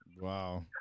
Wow